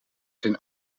zijn